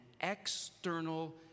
external